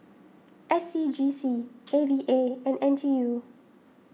S C G C A V A and N T U